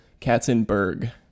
Katzenberg